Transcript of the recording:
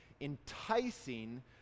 enticing